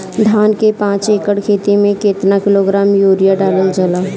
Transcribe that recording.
धान के पाँच एकड़ खेती में केतना किलोग्राम यूरिया डालल जाला?